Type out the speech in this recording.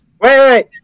wait